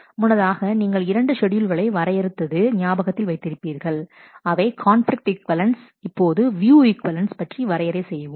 முன்னதாக நீங்கள் இரண்டு ஷெட்யூல்களை வரையறுத்தது ஞாபகத்தில் வைத்திருப்பீர்கள் அவை கான்பிலிக்ட் ஈக்வலன்ஸ் இப்போது வியூ ஈக்வலன்ஸ் பற்றி வரையறை செய்வோம்